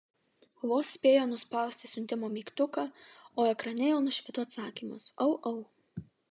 vos spėjo nuspausti siuntimo mygtuką o ekrane jau nušvito atsakymas au au